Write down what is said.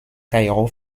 kairo